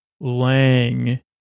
Lang